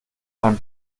einen